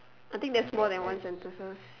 I think that's more than one sentences